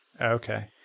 Okay